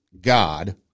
God